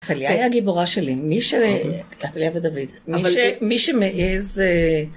טליה היא הגיבורה שלי, מי ש... טליה ודוד, מי שמעז...